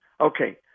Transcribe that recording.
Okay